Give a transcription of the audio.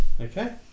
Okay